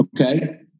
Okay